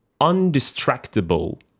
undistractable